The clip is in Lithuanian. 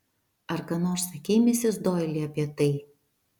ar ką nors sakei misis doili apie tai